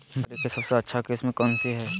बकरी के सबसे अच्छा किस्म कौन सी है?